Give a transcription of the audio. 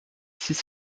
six